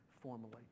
formally